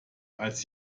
als